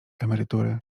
emerytury